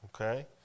Okay